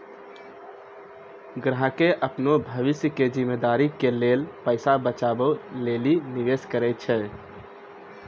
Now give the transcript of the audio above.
ग्राहकें अपनो भविष्य के जिम्मेदारी के लेल पैसा बचाबै लेली निवेश करै छै